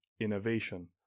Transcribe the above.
innovation